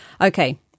okay